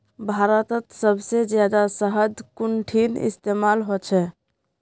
भारतत सबसे जादा शहद कुंठिन इस्तेमाल ह छे